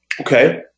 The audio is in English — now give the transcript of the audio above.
okay